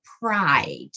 pride